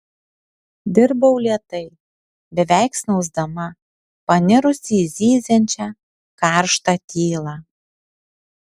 dirbau lėtai beveik snausdama panirusi į zyziančią karštą tylą